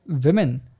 women